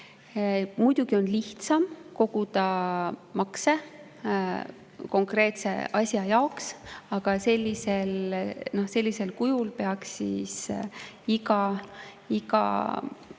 Muidugi on lihtsam koguda makse konkreetse asja jaoks, aga sellisel kujul peaks siis iga